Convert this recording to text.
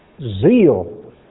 zeal